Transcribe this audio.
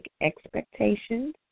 expectations